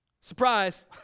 Surprise